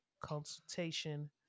Consultation